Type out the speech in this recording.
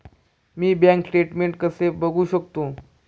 मी bank statement कसे बघू शकतो?